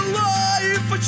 life